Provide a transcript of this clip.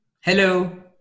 hello